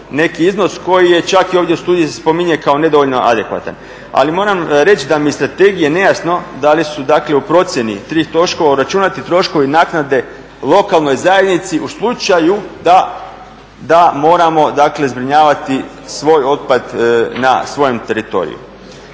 neki iznos koji je čak i ovdje u studiji se spominje kao nedovoljno adekvatan. Ali moram reći da mi je iz strategije nejasno da li su dakle u procjeni tih troškova uračunati troškovi naknade lokalnoj zajednici u slučaju da moramo dakle zbrinjavati svoj otpad na svojem teritoriju.